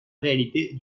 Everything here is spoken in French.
réalité